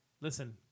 listen